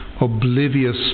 oblivious